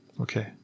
Okay